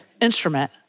instrument